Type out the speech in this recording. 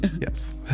yes